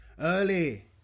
Early